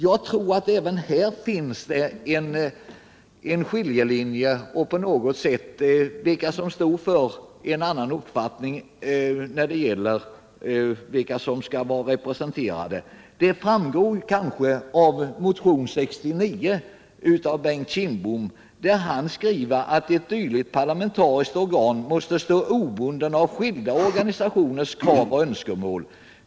— Jag tror att det finns en skiljelinje mellan olika uppfattningar om vilka som skall vara representerade. Det framgår kanske av motionen 1977/78:69 av Bengt Kindbom, där han skriver: ”Ett dylikt parlamentariskt organ måste stå obundet av de skilda organisationernas krav och önskemål.